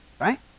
right